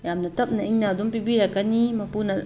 ꯌꯥꯝꯅ ꯇꯞꯅ ꯏꯪꯅ ꯑꯗꯨꯝ ꯄꯤꯕꯤꯔꯛꯀꯅꯤ ꯃꯄꯨꯅ